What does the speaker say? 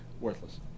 worthless